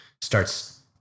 starts